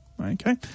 Okay